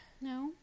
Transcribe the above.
No